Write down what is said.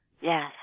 Yes